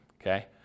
Okay